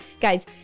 Guys